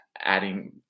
adding